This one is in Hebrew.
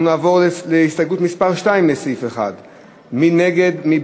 אנחנו נעבור להסתייגות מס' 2 לסעיף 1. מי בעד?